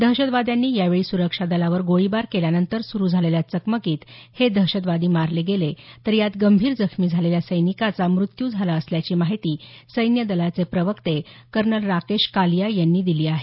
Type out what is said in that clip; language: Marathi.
दहशतवाद्यांनी यावेळी सुरक्षा दलावर गोळीबार केल्यानंतर सुरू झालेल्या चकमकीत हे दहशतवादी मारले गेले तर यात गंभीर जखमी झालेल्या सैनिकाचा मृत्यू झाला असल्याची माहिती सैन्य दलाचे प्रवक्ते कर्नल राकेश कालिया यांनी दिली आहे